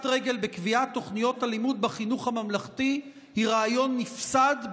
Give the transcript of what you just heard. רגל בקביעת תוכניות הלימוד בחינוך הממלכתי היא רעיון נפסד,